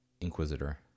Inquisitor